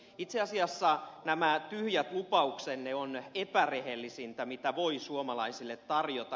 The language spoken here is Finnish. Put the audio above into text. itse asiassa nämä tyhjät lupauksenne ovat epärehellisintä mitä voi suomalaisille tarjota